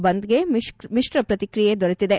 ಬಂದ್ಗೆ ಮಿತ್ರ ಪ್ರತಿಕ್ರಿಯೆ ದೊರೆತಿದೆ